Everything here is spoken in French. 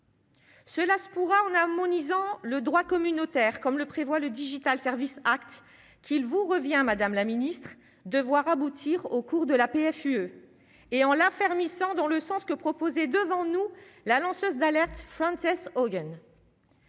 Cela se pourra on a mon ont le droit communautaire, comme le prévoit le Digital Services Act qu'il vous revient madame la Ministre de voir aboutir au cours de la PFUE et on l'ferme hissant dans le sens que proposez devant nous, la lanceuse d'alerte aux jeunes